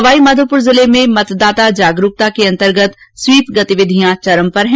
सवाईमाधोपुर जिले में मतदान जागरूकता के अंतर्गत स्वीप गतिविधियां चरम पर हैं